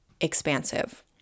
expansive